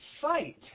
fight